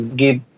give